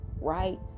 right